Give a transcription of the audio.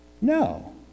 No